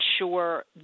ensure